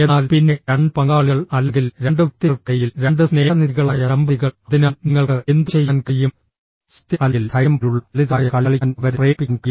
എന്നാൽ പിന്നെ 2 പങ്കാളികൾ അല്ലെങ്കിൽ 2 വ്യക്തികൾക്കിടയിൽ 2 സ്നേഹനിധികളായ ദമ്പതികൾ അതിനാൽ നിങ്ങൾക്ക് എന്തുചെയ്യാൻ കഴിയും സത്യം അല്ലെങ്കിൽ ധൈര്യം പോലുള്ള ലളിതമായ കളി കളിക്കാൻ അവരെ പ്രേരിപ്പിക്കാൻ കഴിയും